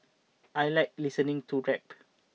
I like listening to rap